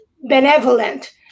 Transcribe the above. benevolent